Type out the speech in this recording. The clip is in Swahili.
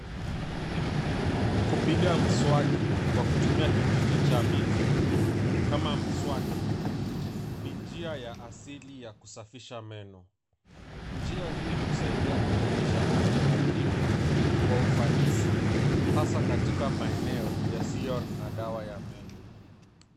Kupiga mswaki kwa kutumia kijiti cha miti kama mswaki ni njia ya asili ya kusafisha meno. Njia hii husaidia kudumisha afya ya kinywa kwa ufanisi hasa katika maeneo yasiyo na dawa ya meno.